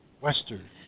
western